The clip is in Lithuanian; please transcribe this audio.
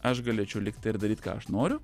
aš galėčiau lygtai ir daryt ką aš noriu